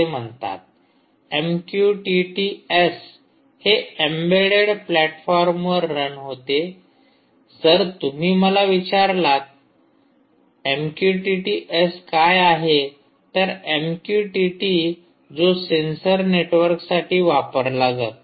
MQTT S हे embedded प्लॅटफॉर्मवर run होते जर तुम्ही मला विचारलात एमक्यूटीटी एस काय आहे तर एमक्यूटीटी जो सेन्सर नेटवर्कसाठी वापरला जातो